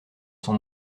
son